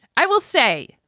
i will say,